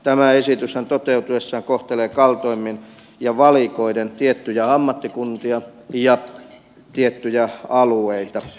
tämä esityshän toteutuessaan kohtelee kaltoimmin ja valikoiden tiettyjä ammattikuntia ja tiettyjä alueita